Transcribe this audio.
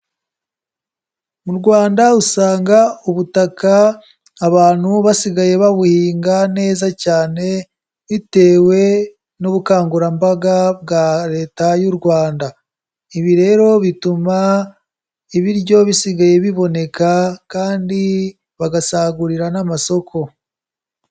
Mu Rwanda usanga ubutaka abantu basigaye babuhinga neza cyane bitewe n'ubukangurambaga bwa Leta y'u Rwanda. Ibi rero bituma ibiryo bisigaye biboneka kandi bagasagurira n'amasoko.